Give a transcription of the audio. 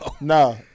no